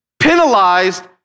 penalized